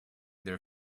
their